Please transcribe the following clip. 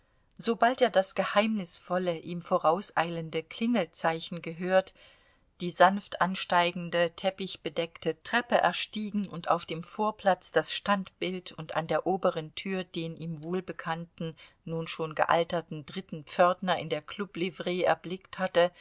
sobald er das geheimnisvolle ihm vorauseilende klingelzeichen gehört die sanft ansteigende teppichbedeckte treppe erstiegen und auf dem vorplatz das standbild und an der oberen tür den ihm wohlbekannten nun schon gealterten dritten pförtner in der klublivree erblickt hatte